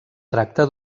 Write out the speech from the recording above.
tracta